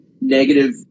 negative